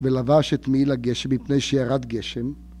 ולבש את מעיל הגשם מפני שירד גשם.